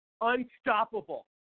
Unstoppable